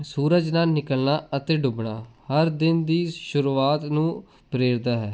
ਸੂਰਜ ਦਾ ਨਿਕਲਣਾ ਅਤੇ ਡੁੱਬਣਾ ਹਰ ਦਿਨ ਦੀ ਸ਼ੁਰੂਆਤ ਨੂੰ ਪ੍ਰੇਰਦਾ ਹੈ